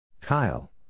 Kyle